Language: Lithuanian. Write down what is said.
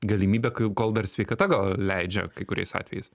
galimybė kai kol dar sveikata gal leidžia kai kuriais atvejais